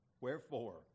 Wherefore